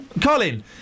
Colin